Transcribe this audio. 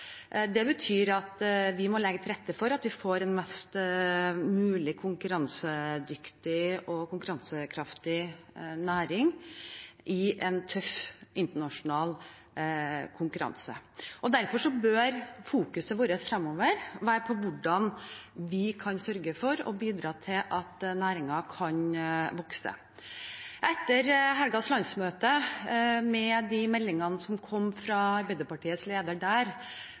Det betyr at vi må legge til rette for at vi får en mest mulig konkurransedyktig og konkurransekraftig næring i en tøff internasjonal konkurranse. Derfor bør fokuset vårt fremover være på hvordan vi kan sørge for å bidra til at næringen kan vokse. Etter helgens landsmøte og meldingene som der kom fra Arbeiderpartiets leder